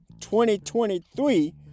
2023